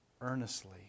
earnestly